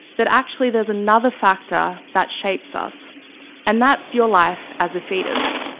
that actually there's another factor that shapes us and that's your life as a foetus.